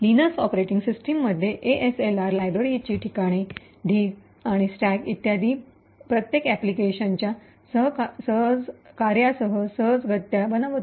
Linux operating सिस्टममध्ये ASLR लायब्ररीची ठिकाणे ढीग स्टॅक इत्यादी प्रत्येक अॅप्लिकेशनच्या कार्यासह सहजगत्या बनवते